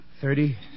thirty